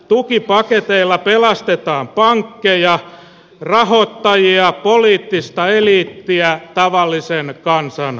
tukipaketeilla pelastetaan pankkeja rahoittajia poliittista eliittiä tavallisen kansan kustannuksella